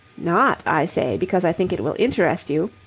not, i say, because i think it will interest you.